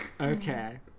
Okay